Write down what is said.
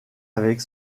avec